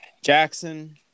Jackson